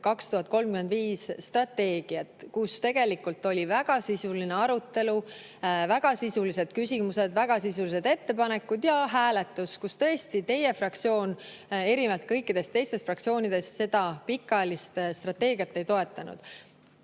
2035". Tegelikult oli siis väga sisuline arutelu, väga sisulised küsimused, väga sisulised ettepanekud ja hääletus, kus tõesti teie fraktsioon erinevalt kõikidest teistest fraktsioonidest seda pikaajalist strateegiat ei toetanud.